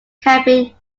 camping